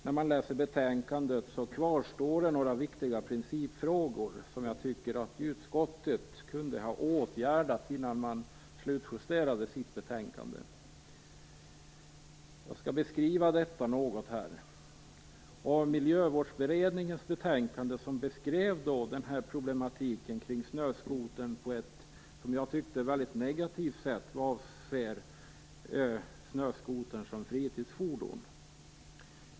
När man läser betänkandet kvarstår det några viktiga principfrågor som jag tycker att utskottet kunde ha åtgärdat innan man slutjusterade sitt betänkande. Jag skall beskriva detta något här. Miljövårdsberedningens betänkande beskrev problemen kring snöskotern på ett, som jag tyckte, mycket negativt sätt vad avser snöskotern som fritidsfordon.